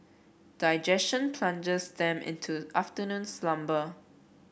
digestion plunges them into afternoon slumber